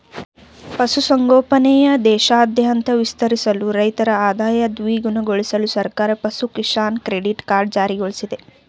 ಪಶು ಸಂಗೋಪನೆನ ದೇಶಾದ್ಯಂತ ವಿಸ್ತರಿಸಲು ರೈತರ ಆದಾಯ ದ್ವಿಗುಣಗೊಳ್ಸಲು ಸರ್ಕಾರ ಪಶು ಕಿಸಾನ್ ಕ್ರೆಡಿಟ್ ಕಾರ್ಡ್ ಜಾರಿಗೊಳ್ಸಿದೆ